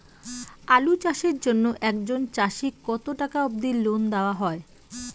আলু চাষের জন্য একজন চাষীক কতো টাকা অব্দি লোন দেওয়া হয়?